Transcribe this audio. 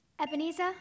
Ebenezer